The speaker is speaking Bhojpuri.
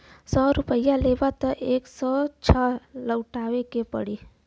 सौ रुपइया लेबा त एक सौ छह लउटाए के पड़ी